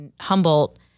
Humboldt